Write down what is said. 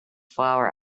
flower